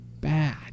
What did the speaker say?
bad